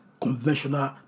conventional